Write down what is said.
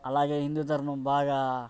అలాగే హిందూ ధర్మం బాగా